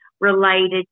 related